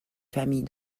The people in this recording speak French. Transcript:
famille